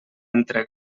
entre